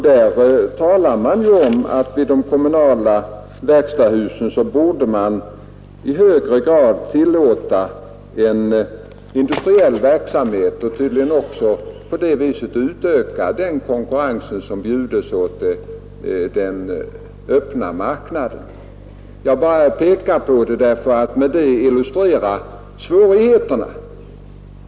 Där talas om att man vid de kommunala verkstadshusen i hög grad bör tillåta en industriell verksamhet, och tydligen därmed öka den konkurrens som bjuds den öppna marknaden. Jag vill bara peka på detta för att illustrera svårigheterna.